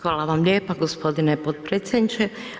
Hvala vam lijepa gospodine potpredsjedniče.